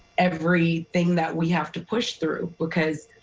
everything that we have to push through because